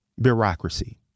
bureaucracy